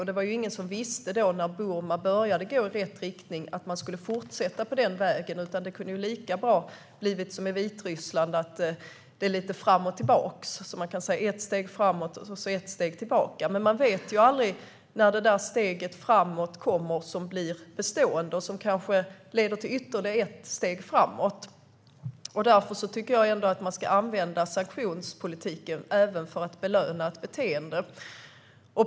När Burma började gå i rätt riktning var det ingen som visste att man skulle fortsätta på den vägen. Det kunde lika gärna ha blivit som i Vitryssland att det är lite fram och tillbaka - ett steg framåt och ett steg tillbaka. Men man vet aldrig när det där steget framåt som blir bestående kommer och som kanske leder till ytterligare ett steg framåt. Därför tycker jag att man ska använda sanktionspolitiken även för att belöna ett beteende.